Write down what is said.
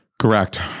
correct